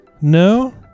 No